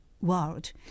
world